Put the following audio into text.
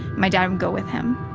my dad would go with him.